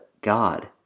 God